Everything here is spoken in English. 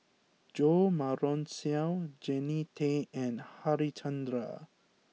Jo Marion Seow Jannie Tay and Harichandra